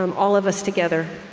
um all of us together,